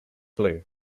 blue